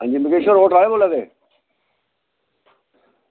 अंजी मुके्श होर होटल आह्ले बोल्ला दे